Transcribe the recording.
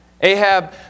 Ahab